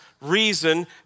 reason